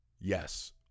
Yes